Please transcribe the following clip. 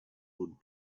would